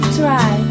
try